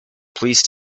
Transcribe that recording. please